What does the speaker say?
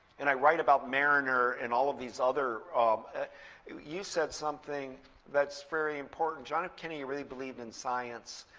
and i write about mariner and all of these other ah you you said something that's very important. john f kennedy really believed in science,